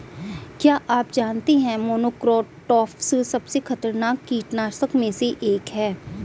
क्या आप जानते है मोनोक्रोटोफॉस सबसे खतरनाक कीटनाशक में से एक है?